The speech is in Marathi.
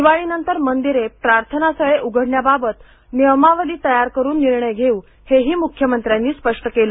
दिवाळीनंतर मंदिरे प्रार्थनास्थळे उघडण्याबाबत नियमावली तयार करून निर्णय घेऊ हे ही मुख्यमंत्र्यांनी स्पष्ट केलं